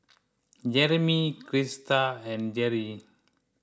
Jereme Crysta and Gerri